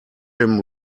him